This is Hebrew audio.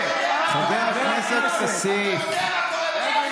למען מה?